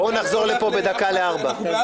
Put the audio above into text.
בואו נחזור לפה בדקה ל-16:00.